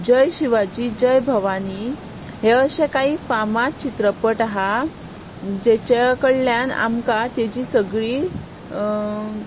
जय शिवाजी जय भवानी हे अशे कांय फामाद चित्रपट आसा जाच्या कडल्यान आमकां ताची सगळी